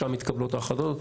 שם מתקבלות ההחלטות.